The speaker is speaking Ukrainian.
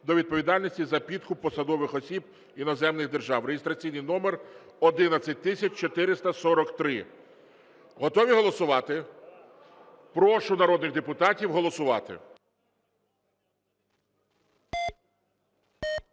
до відповідальності за підкуп посадових осіб іноземних держав (реєстраційний номер 11443). Готові голосувати? Прошу народних депутатів голосувати.